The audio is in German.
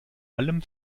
allem